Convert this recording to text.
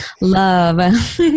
love